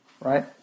right